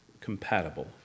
compatible